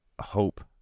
hope